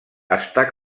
està